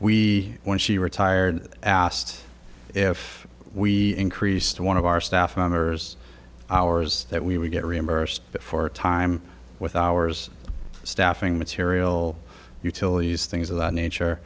we when she retired asked if we increased one of our staff members hours that we we get reimbursed for time with hours staffing material utilities things of that nature